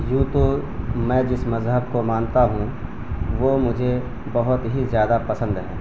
یوں تو میں جس مذہب کو مانتا ہوں وہ مجھے بہت ہی زیادہ پسند ہے